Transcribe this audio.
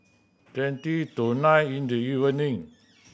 twenty to nine in the evening